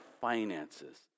finances